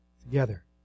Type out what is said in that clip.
together